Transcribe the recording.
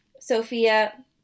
Sophia